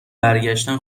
برگشتن